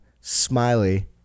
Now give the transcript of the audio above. smiley